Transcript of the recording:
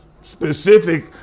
specific